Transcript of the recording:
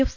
F